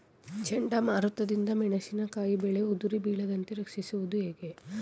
ಚಂಡಮಾರುತ ದಿಂದ ಮೆಣಸಿನಕಾಯಿ ಬೆಳೆ ಉದುರಿ ಬೀಳದಂತೆ ರಕ್ಷಿಸುವುದು ಹೇಗೆ?